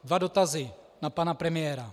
Dva dotazy na pana premiéra.